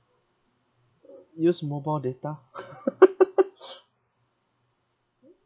use mobile data